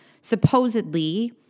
supposedly